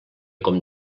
com